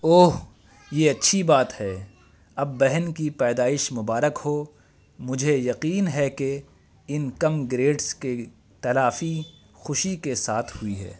اوہ یہ اچھی بات ہے اب بہن کی پیدائش مبارک ہو مجھے یقین ہے کہ ان کم گریڈس کے تلافی خوشی کے ساتھ ہوئی ہے